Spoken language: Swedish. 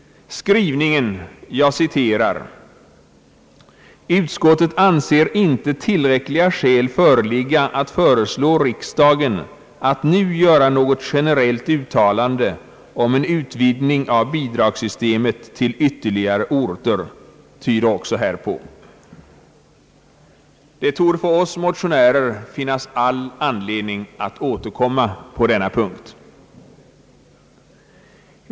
Skrivningen att utskottet »anser inte tillräckliga skäl föreligga att föreslå riksdagen att nu göra något generellt uttalande om en utvidgning av bidragssystemet till ytterligare orter» tyder också härpå. Det torde för oss motionärer finnas all anledning att återkomma på denna punkt.